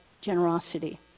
generosity